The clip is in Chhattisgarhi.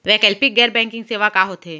वैकल्पिक गैर बैंकिंग सेवा का होथे?